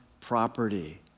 property